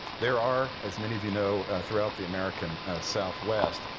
there are, as many of you know, throughout the american southwest,